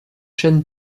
chaîne